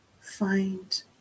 Find